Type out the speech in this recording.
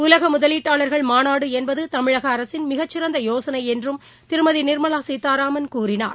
உலகமுதலீட்டாளர்கள் மாநாடுஎன்பதுதமிழகஅரசின் மிகச்சிறந்தயோசனைஎன்றும் திருமதிநிர்மலாசீராதாமன் கூறினார்